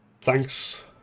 thanks